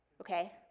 Okay